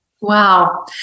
Wow